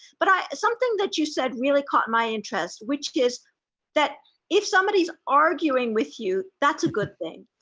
but something that you said really caught my interest, which is that if somebody's arguing with you, that's a good thing.